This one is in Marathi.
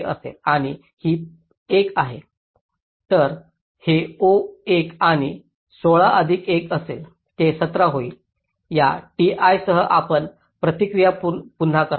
तर हे ओ 1 हे 16 अधिक 1 असेल ते 17 होईल या t i सह आपण ही प्रक्रिया पुन्हा करा